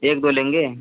एक दो लेंगे